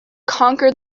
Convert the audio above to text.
conquer